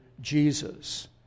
Jesus